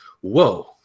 whoa